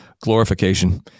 glorification